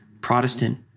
Protestant